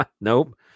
nope